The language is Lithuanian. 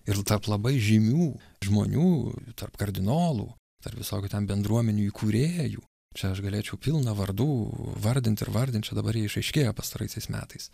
ir tarp labai žymių žmonių tarp kardinolų tarp visokių ten bendruomenių įkūrėjų čia aš galėčiau pilną vardų vardint ir vardint čia dabar jie išaiškėjo pastaraisiais metais